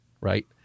Right